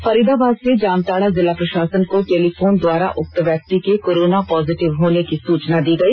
फरीदाबाद से जामताड़ा जिला प्रशासन को टेलीफोन द्वारा उक्त व्यक्ति के कोरोना पोजिटिव होने की सूचना दी गई